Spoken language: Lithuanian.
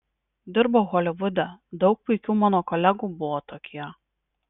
dirbau holivude daug puikių mano kolegų buvo tokie